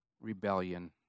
rebellion